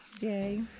Yay